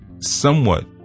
somewhat